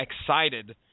excited